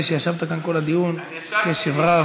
שישבת כאן כל הדיון והקשבת בקשב רב.